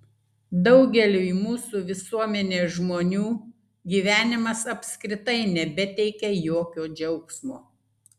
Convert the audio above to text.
daugeliui mūsų visuomenės žmonių gyvenimas apskritai nebeteikia jokio džiaugsmo